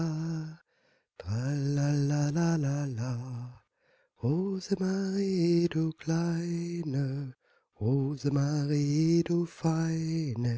rosemarie du kleine rosemarie du feine